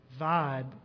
vibe